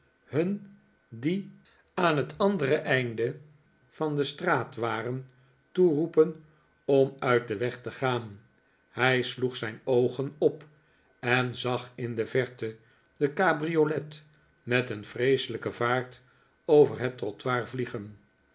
hun die aari het andere einde van de straat waren toeroepen om uit den weg te gaan hij sloeg zijn oogen op en zag in de verte de cabriolet met een vreeselijke vaart over het trottoir vliegen